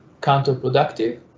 counterproductive